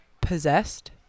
possessed